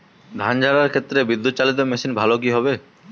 ধান ঝারার ক্ষেত্রে বিদুৎচালীত মেশিন ভালো কি হবে?